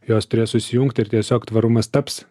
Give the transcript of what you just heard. jos turės susijungt ir tiesiog tvarumas taps